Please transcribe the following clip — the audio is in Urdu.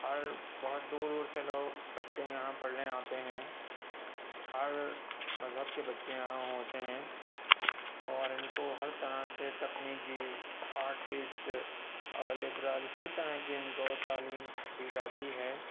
ہر بہت دور دور سے لوگ بچے یہاں پڑھنے آتے ہیں ہر مذہب کے بچے یہاں ہوتے ہیں اور ان کو ہر طرح سے تکنیکی آرٹسٹ اور لبرل ہر طرح کے ان کو تعلیم دی جاتی ہے